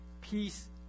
Peace